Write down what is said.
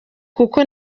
kuko